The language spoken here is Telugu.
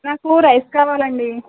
నాకు రైస్ కావాలండి